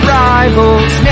rivals